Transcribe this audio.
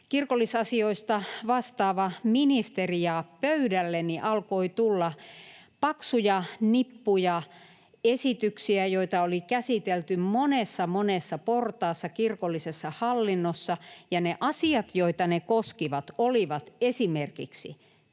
kirkollisasioista vastaava ministeri ja pöydälleni alkoi tulla paksuja nippuja esityksiä, joita oli käsitelty monessa, monessa portaassa, kirkollisessa hallinnossa, ja asiat, joita ne koskivat, olivat esimerkiksi